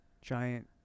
giant